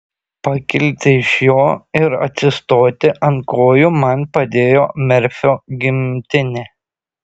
pakilti iš jo ir atsistoti ant kojų man padėjo merfio gimtinė